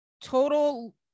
total